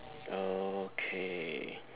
okay